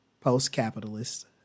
post-capitalist